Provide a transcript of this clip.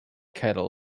kettle